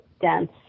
dense